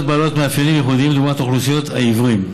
בעלות מאפיינים ייחודיים דוגמת אוכלוסיית העיוורים.